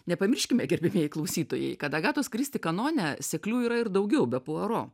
nepamirškime gerbiamieji klausytojai kad agatos kristi kanone seklių yra ir daugiau be puaro